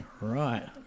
Right